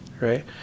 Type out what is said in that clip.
right